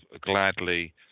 gladly